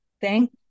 Thank